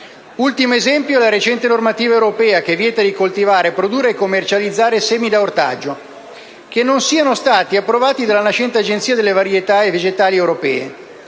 Ultimo esempio è la recente normativa europea che vieta di coltivare, riprodurre e commercializzare semi di ortaggi che non siano stati approvati dalla nascente Agenzia delle varietà vegetali europee;